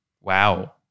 wow